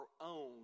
own